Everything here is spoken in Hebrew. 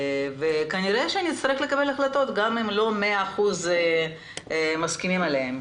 כנראה נצטרך לקבל החלטות גם אם לא מאה אחוז מסכימים עליהן,